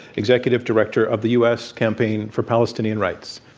executive director of the u. s. campaign for palestinian rights.